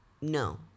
No